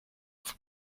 for